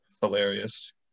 Hilarious